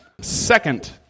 Second